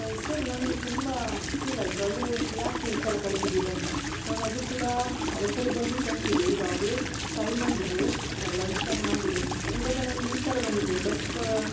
sir ನನಗೆ ತುಂಬಾ feel ಆಯಿತು ಅಂದರೆ ಯಾಕೆ ಈ ಥರ ಕಳ್ಸಿದ್ದೀರಿ ಅಂತ ನಾನು ಅದು ಕೂಡ ಅವಸರದಲ್ಲಿ ಕಳ್ಸಿದ್ದು ಈಗ ಆಗಲೆ ಟೈಮ್ ಆಗಿದೆ ಲಂಚ್ ಟೈಮ್ ಆಗಿದೆ ಇವಾಗ ನನಗೆ ಈ ಥರ ಬಂದಿದೆ ಬಟ್